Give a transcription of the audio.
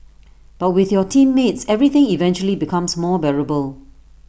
but with your teammates everything eventually becomes more bearable